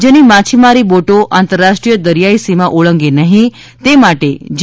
રાજ્યની માછીમારી બોટો આંતરરાષ્ટ્રીય દરિયાઇ સીમા ઓળંગે નહીં તે માટે જી